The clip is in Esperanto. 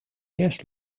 jes